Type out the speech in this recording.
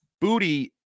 Booty